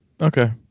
okay